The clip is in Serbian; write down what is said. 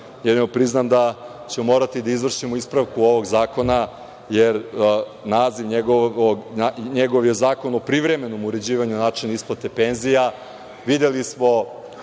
jedno da priznam, da ćemo morati da izvršimo ispravku ovog zakona, jer naziv zakona je o privremenom uređivanju načina isplate penzija, a videli smo